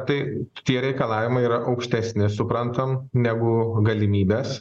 tai tie reikalavimai yra aukštesni suprantam negu galimybės